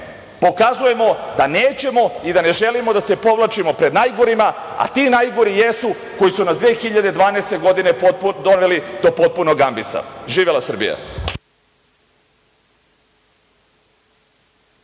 pokazujemo da nećemo i da ne želimo da se povlačimo pred najgorima, a ti najgori jesu koji su nas 2012. godine doveli do potpunog ambisa. Živela Srbija!